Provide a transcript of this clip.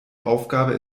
aufgabe